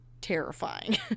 terrifying